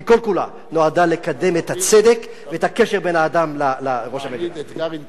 כל כולה נועדה לקדם את הצדק ואת הקשר שבין האדם לראש המדינה.